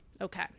Okay